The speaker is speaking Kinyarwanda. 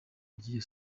n’irya